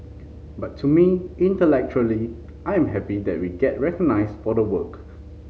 but to me intellectually I am happy that we get recognised for the work